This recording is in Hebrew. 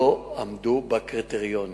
לא עמדו בקריטריונים,